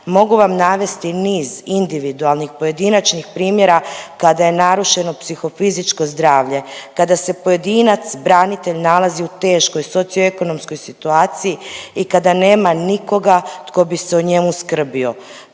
mogu vam navesti niz individualnih pojedinačnih primjera kada je narušeno psihofizičko zdravlje, kada se pojedinac branitelj nalazi u teškoj socio-ekonomskoj situaciji i kada nema nikoga tko bi se o njemu skrbio,